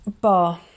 Bar